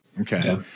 Okay